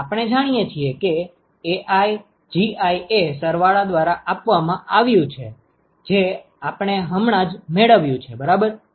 હવે આપણે જાણીએ છીએ કે AiGi એ સરવાળા દ્વારા આપવામાં આવ્યું છે જે આપણે હમણાં જ મેળવ્યું છે બરાબર